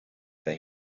that